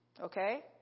Okay